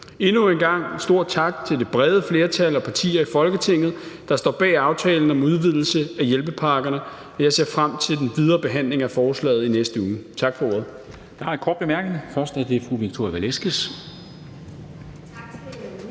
Endnu en gang en stor tak til det brede flertal af partier i Folketinget, der står bag aftalen om udvidelse af hjælpepakkerne. Jeg ser frem til den videre behandling af forslaget i næste uge. Tak for ordet.